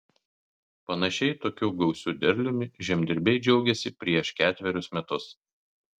panašiai tokiu gausiu derliumi žemdirbiai džiaugėsi prieš ketverius metus